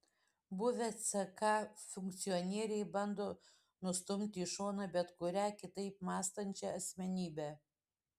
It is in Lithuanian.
buvę ck funkcionieriai bando nustumti į šoną bet kurią kitaip mąstančią asmenybę